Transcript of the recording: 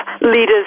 leaders